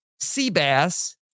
Seabass